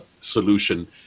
solution